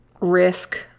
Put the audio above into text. Risk